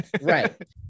Right